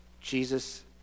Jesus